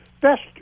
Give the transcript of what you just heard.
best